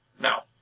Now